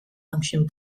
function